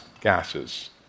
gases